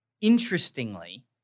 interestingly